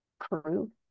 crew